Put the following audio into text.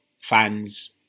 fans